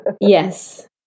Yes